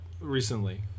recently